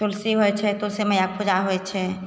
तुलसी होइत छै तुलसी मैयाके पूजा होइत छै